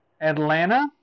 Atlanta